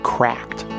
Cracked